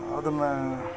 ಅದನ್ನ